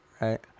right